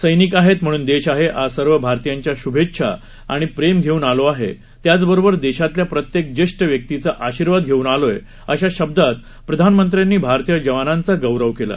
सैनिक आहेत म्हणून देश आहे आज सर्व भारतीयांच्या श्भेच्छा आणि प्रेम घेऊन आलो आहे त्याचबरोबर देशातल्या प्रत्येक ज्येष्ठ व्यक्तीचा आशीर्वाद घेऊन आलोय अशा शब्दांत प्रधानमंत्र्यांनी भारतीय जवानांचा गौरव केला